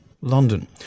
London